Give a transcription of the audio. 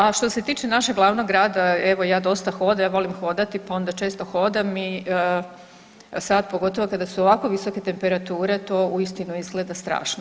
A što se tiče našeg glavnog grada, evo ja dosta hodam, volim hodati pa onda često hodam i sad pogotovo kada su ovako visoke temperature to uistinu izgleda strašno.